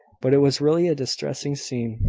but it was really a distressing scene.